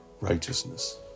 righteousness